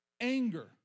anger